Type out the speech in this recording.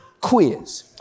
quiz